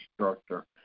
structure